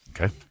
Okay